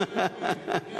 הרבה.